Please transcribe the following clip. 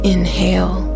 Inhale